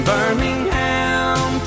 Birmingham